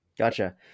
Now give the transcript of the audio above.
Gotcha